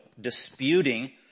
disputing